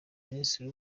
minisitiri